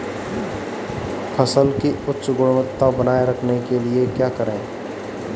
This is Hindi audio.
फसल की उच्च गुणवत्ता बनाए रखने के लिए क्या करें?